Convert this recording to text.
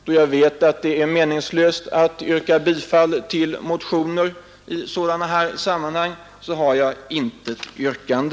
Då jag vet att det är meningslöst att yrka bifall till motioner i sådana här sammanhang, har jag intet yrkande.